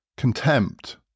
contempt